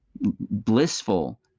blissful